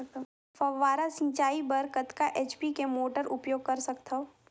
फव्वारा सिंचाई बर कतका एच.पी के मोटर उपयोग कर सकथव?